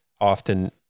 often